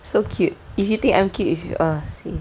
so cute if you think I'm quite you should ah same